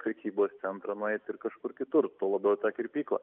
prekybos centrą nueit ir kažkur kitur tuo labiau į tą kirpyklą